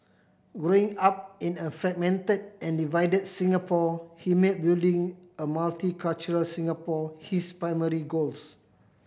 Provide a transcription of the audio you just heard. growing up in a fragmented and divided Singapore he made building a multicultural Singapore his primary goals